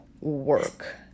Work